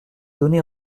donné